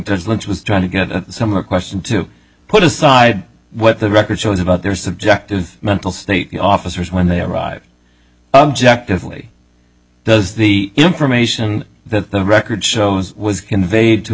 there's lynch was trying to get a similar question to put aside what the record shows about their subjective mental state the officers when they arrived objectively does the information that the record shows was conveyed to